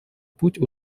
путь